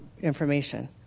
information